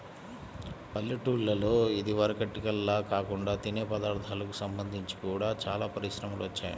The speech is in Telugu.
పల్లెటూల్లలో ఇదివరకటిల్లా కాకుండా తినే పదార్ధాలకు సంబంధించి గూడా చానా పరిశ్రమలు వచ్చాయ్